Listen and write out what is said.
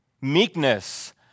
meekness